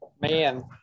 Man